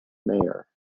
mayor